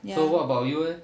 so what about you eh